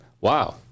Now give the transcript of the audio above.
wow